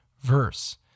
verse